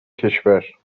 کشور